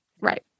right